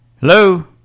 Hello